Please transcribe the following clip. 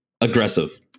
Aggressive